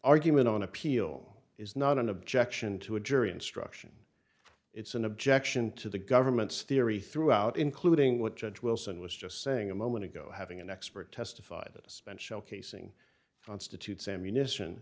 argument on appeal is not an objection to a jury instruction it's an objection to the government's theory throughout including what judge wilson was just saying a moment ago having an expert testified spent shell casing constitutes ammuni